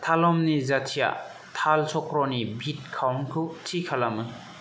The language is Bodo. तालमनि जाथिया ताल चक्रनि बीट काउंटखौ थि खालामो